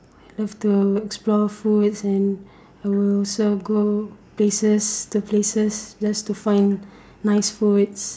I love to explore foods and I will also go places to places just to find nice food